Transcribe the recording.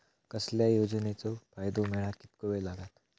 कसल्याय योजनेचो फायदो मेळाक कितको वेळ लागत?